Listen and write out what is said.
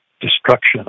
destruction